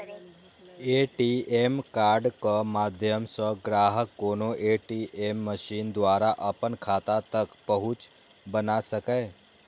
ATM कार्डक माध्यम सं ग्राहक कोनो ए.टी.एम मशीन द्वारा अपन खाता तक पहुंच बना सकैए